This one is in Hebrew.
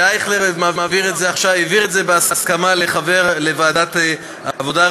ואייכלר העביר את זה בהסכמה לוועדת העבודה,